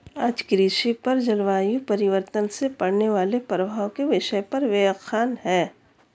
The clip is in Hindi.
आज कृषि पर जलवायु परिवर्तन से पड़ने वाले प्रभाव के विषय पर व्याख्यान है